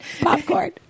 Popcorn